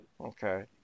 Okay